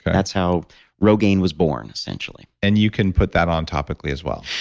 that's how rogaine was born essentially and you can put that on topically, as well?